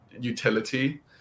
utility